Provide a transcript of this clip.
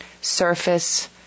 surface